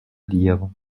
dire